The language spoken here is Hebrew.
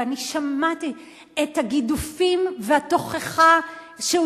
ואני שמעתי את הגידופים והתוכחה שהוא